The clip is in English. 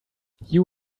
you